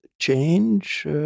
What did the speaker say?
Change